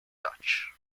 dutch